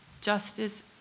justice